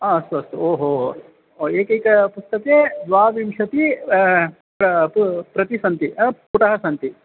अ अस्तु अस्तु ओहो ओ एकैकस्मिन् पुस्तके द्वाविंशतिः प्रति प्रति प्रति सन्ति पुटाः सन्ति